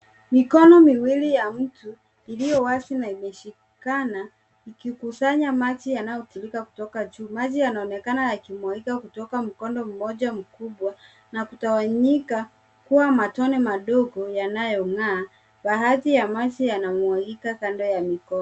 Mikono miwili ya mtu iliyowazi na imeshikana ikikusanya maji yanayotirirka kutoka juu. Maji yanaonekana yakimwagika kutoka mkondo mmoja mkubwa na kutawanyika kuwa matone madogo yanayong'aa baadha ya maji yanamwagika kando ya mikono.